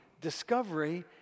discovery